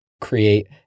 create